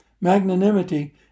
Magnanimity